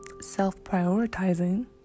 self-prioritizing